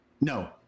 No